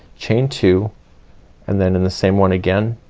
chain two and then in the same one again